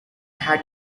has